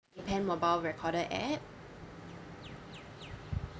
Appen mobile recorder app